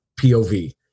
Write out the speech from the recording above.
POV